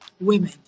women